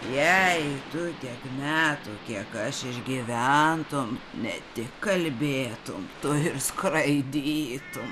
jei tu tiek metų kiek aš išgyventų ne tik kalbėtum ir skraidytum